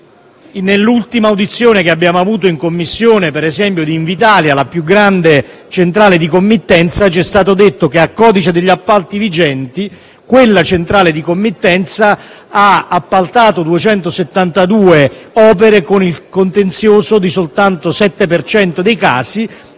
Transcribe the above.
Nell'ultima audizione che abbiamo avuto in Commissione, l'audizione di Invitalia (la più grande centrale di committenza), ci è stato detto che, a codice degli appalti vigente, quella centrale di committenza ha appaltato 272 opere con il contenzioso, e soltanto nel 7